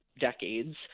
decades